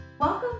Welcome